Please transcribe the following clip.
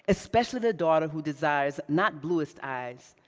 especially the daughter, who desires not bluest eyes,